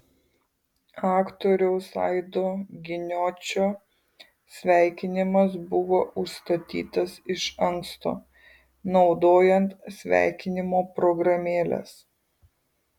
aktoriaus aido giniočio sveikinimas buvo užstatytas iš anksto naudojant sveikinimo programėles